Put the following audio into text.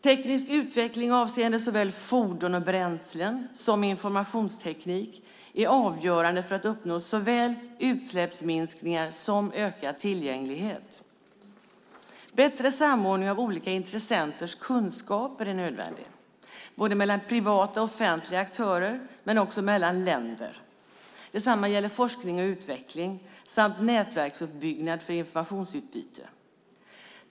Teknisk utveckling avseende såväl fordon och bränslen som informationsteknik är avgörande för att uppnå såväl utsläppsminskningar som ökad tillgänglighet. Bättre samordning av olika intressenters kunskaper är nödvändig, både mellan privata och offentliga aktörer och mellan länder. Detsamma gäller forskning och utveckling samt nätverksuppbyggnad för informationsutbyte.